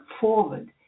forward